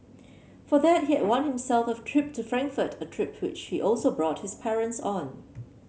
for that he had won himself a trip to Frankfurt a trip which she also brought his parents on